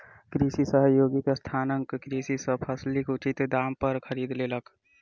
कृषि सहयोगी संस्थान कृषक सॅ फसील उचित दाम पर खरीद लेलक